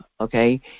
okay